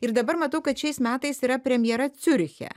ir dabar matau kad šiais metais yra premjera ciuriche